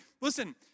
listen